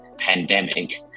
pandemic